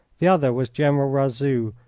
the other was general razout,